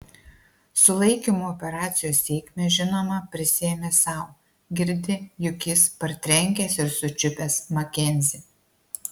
sulaikymo operacijos sėkmę žinoma prisiėmė sau girdi juk jis partrenkęs ir sučiupęs makenzį